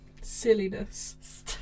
Silliness